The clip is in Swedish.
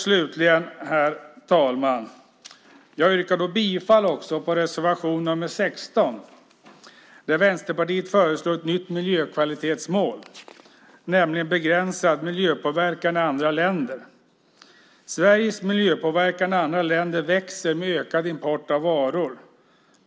Slutligen, herr talman, yrkar jag bifall till reservation nr 16 där Vänsterpartiet föreslår ett nytt miljökvalitetsmål, nämligen begränsad miljöpåverkan i andra länder. Sveriges miljöpåverkan i andra länder växer med ökad import av varor.